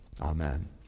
Amen